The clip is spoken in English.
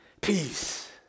Peace